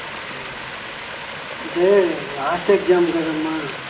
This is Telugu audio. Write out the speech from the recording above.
అంటే లాస్ట్ ఎగ్జామ్ కదమ్మా